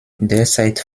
derzeit